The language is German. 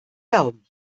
daumen